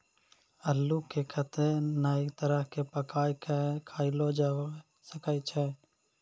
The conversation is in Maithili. अल्लू के कत्ते नै तरह से पकाय कय खायलो जावै सकै छै